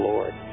Lord